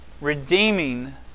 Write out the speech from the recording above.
redeeming